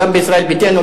גם בישראל ביתנו,